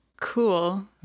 cool